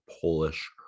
polish